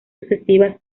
sucesivas